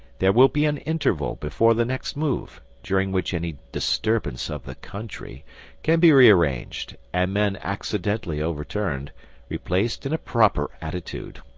there will be an interval before the next move, during which any disturbance of the country can be rearranged and men accidentally overturned replaced in a proper attitude.